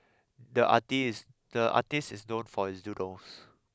the artist the artist is known for his doodles